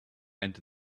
enter